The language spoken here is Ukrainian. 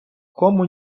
кому